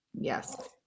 Yes